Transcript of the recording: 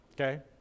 Okay